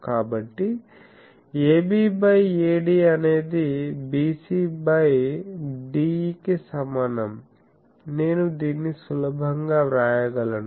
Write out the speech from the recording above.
కాబట్టి AB by AD అనేది BC by DE కి సమానం నేను దీన్ని సులభంగా వ్రాయగలను